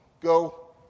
go